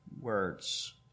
words